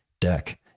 deck